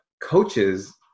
coaches